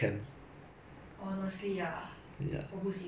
很累我觉得 socialising 很累